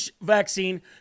vaccine